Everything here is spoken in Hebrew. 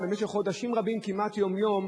במשך חודשים רבים כמעט יום-יום,